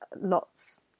lots